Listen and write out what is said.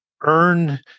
earn